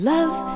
Love